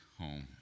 home